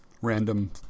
random